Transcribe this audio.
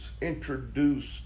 introduced